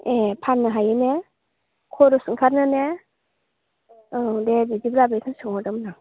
ए फाननो हायो ने खरस ओंखारो ने औ दे बिदिब्ला बेखौनो सोंहरदोंमोन आं